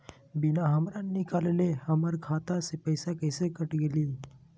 बिना हमरा निकालले, हमर खाता से पैसा कैसे कट गेलई?